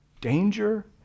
danger